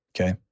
Okay